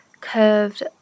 curved